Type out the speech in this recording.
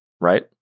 right